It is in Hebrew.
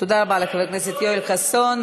תודה רבה לחבר הכנסת יואל חסון.